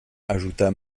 ajouta